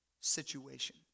situation